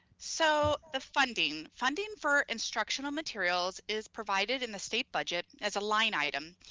so the funding. funding for instructional materials is provided in the state budget as a line item,